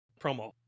promo